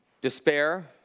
despair